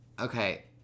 Okay